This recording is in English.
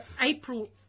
April